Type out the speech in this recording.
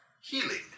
healing